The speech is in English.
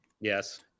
Yes